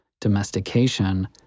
domestication